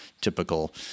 typical